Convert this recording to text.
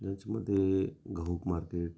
ज्यांच्यामध्ये घाऊक मार्केट